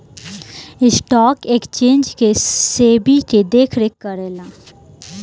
stock exchange के SEBI देखरेख करेला